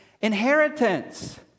inheritance